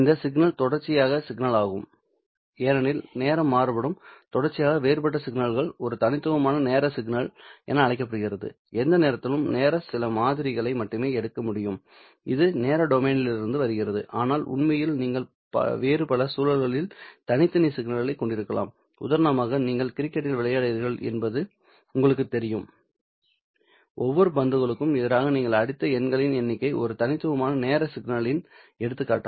இந்த சிக்னல் தொடர்ச்சியான சிக்னல் ஆகும் ஏனெனில் நேரம் மாறுபடும் தொடர்ச்சியாக வேறுபட்ட சிக்னல் ஒரு தனித்துவமான நேர சிக்னல் என அழைக்கப்படுகிறது எந்த நேரத்திலும் நேரம் சில மாதிரிகளை மட்டுமே எடுக்க முடியும் இது நேர டொமைனிலிருந்து வருகிறது ஆனால் உண்மையில் நீங்கள் வேறு பல சூழல்களிலும் தனித்தனி சிக்னல்களைக் கொண்டிருக்கலாம் உதாரணமாக நீங்கள் கிரிக்கெட்டில் விளையாடுகிறீர்கள் என்பது உங்களுக்குத் தெரியும் ஒவ்வொரு பந்துக்கும் எதிராக நீங்கள் அடித்த எண்களின் எண்ணிக்கை ஒரு தனித்துவமான நேர சிக்னலின் எடுத்துக்காட்டு